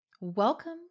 Welcome